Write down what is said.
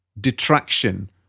detraction